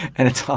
and it's ah